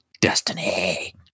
Destiny